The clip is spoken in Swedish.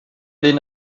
dina